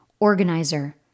Organizer